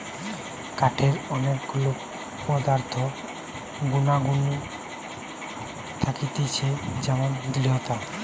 কাঠের অনেক গুলা পদার্থ গুনাগুন থাকতিছে যেমন দৃঢ়তা